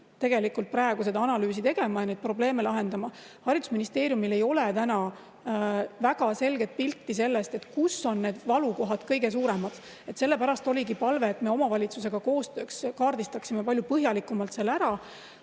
tegelikult praegu seda analüüsi tegema ja neid probleeme lahendama. Haridusministeeriumil ei ole täna väga selget pilti sellest, kus on need valukohad kõige suuremad. Sellepärast oligi palve, et me omavalitsusega koostööks kaardistaksime palju põhjalikumalt selle ära.